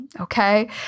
Okay